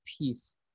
peace